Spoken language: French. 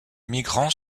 migrants